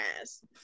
ass